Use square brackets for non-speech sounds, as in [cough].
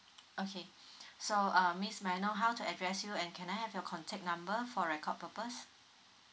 okay [breath] so uh miss may I know how to address you and can I have your contact number for record purpose